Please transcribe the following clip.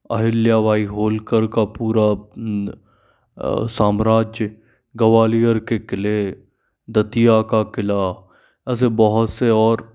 अहिल्याबाई होळकर का पूरा साम्राज्य ग्वालियर के किले दतिया का किला ऐसे बहुत से और